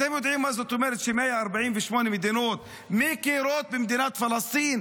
אתם יודעים מה זאת אומרת ש-148 מדינות מכירות במדינת פלסטין?